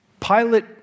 Pilate